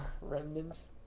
remnants